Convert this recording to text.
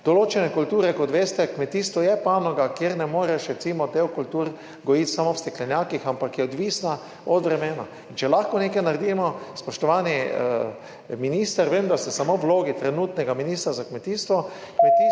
Določene kulture – kot veste, kmetijstvo je panoga, kjer ne moreš recimo del kultur gojiti samo v steklenjakih, ampak je odvisna od vremena. In če lahko nekaj naredimo … Spoštovani minister, vem, da ste samo v vlogi trenutnega ministra za kmetijstvo,